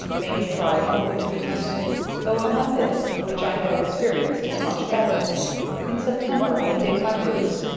may be dryed for winter use tho' a method which i have experienced, is much better in september i dig my roots,